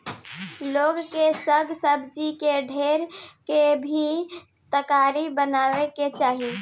लोग के साग सब्जी के डंठल के भी तरकारी बनावे के चाही